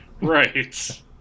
right